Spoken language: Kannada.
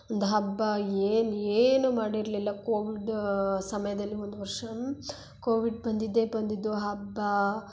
ಒಂದು ಹಬ್ಬ ಏನೂ ಏನೂ ಮಾಡಿರಲಿಲ್ಲ ಕೋವಿಡ್ ಸಮಯದಲ್ಲಿ ಒಂದು ವರ್ಷ ಕೋವಿಡ್ ಬಂದಿದ್ದೇ ಬಂದಿದ್ದು ಹಬ್ಬ